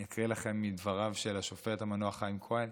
אני אקריא לכם מדבריו של השופט המנוח חיים כהן,